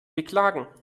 beklagen